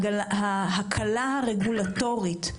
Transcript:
אנחנו מתכננים לעשות הקלה רגולטורית.